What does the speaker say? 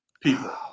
people